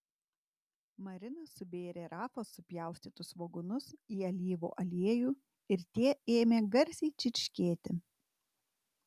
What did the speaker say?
marina subėrė rafos supjaustytus svogūnus į alyvų aliejų ir tie ėmė garsiai čirškėti